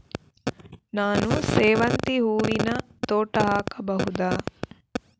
ನಾನು ಸೇವಂತಿ ಹೂವಿನ ತೋಟ ಹಾಕಬಹುದಾ?